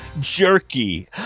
jerky